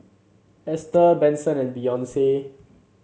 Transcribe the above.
Ester Benson and Beyonce